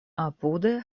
apude